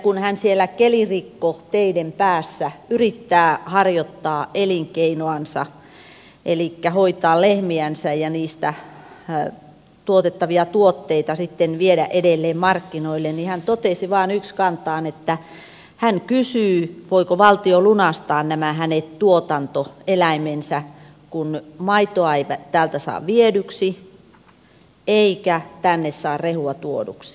kun hän siellä kelirikkoteiden päässä yrittää harjoittaa elinkeinoansa elikkä hoitaa lehmiänsä ja niistä tuotettavia tuotteita sitten viedä edelleen markkinoille niin hän totesi vain yksikantaan että hän kysyy voiko valtio lunastaa nämä hänen tuotantoeläimensä kun maitoa ei täältä saa viedyksi eikä tänne saa rehua tuoduksi